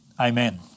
Amen